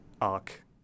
Arc